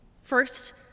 First